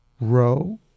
row